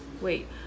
Wait